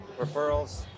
referrals